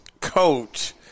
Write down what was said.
coach